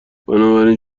بنابراین